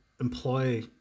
employ